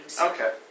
Okay